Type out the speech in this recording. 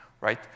right